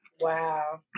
wow